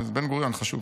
בן-גוריון, זה חשוב.